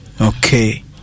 Okay